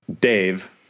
Dave